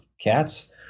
cats